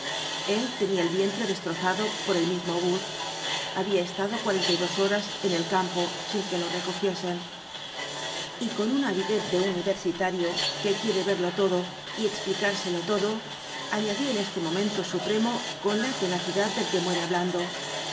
el tenía el vientre destrozado por el mismo obús había estado cuarenta y dos horas en el campo sin que lo recogiesen y con una avidez de universitario que quiere verlo todo y explicárselo todo añadió en este momento supremo con la tenacidad del que muere hablando